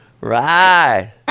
Right